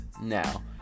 now